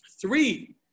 three